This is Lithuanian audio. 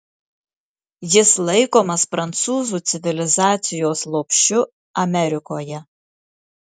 jis laikomas prancūzų civilizacijos lopšiu amerikoje